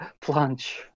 plunge